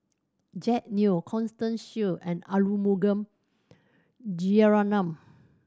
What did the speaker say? Jack Neo Constance Shear and Arumugam